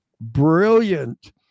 brilliant